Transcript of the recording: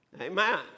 Amen